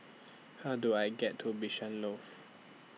How Do I get to Bishan Loft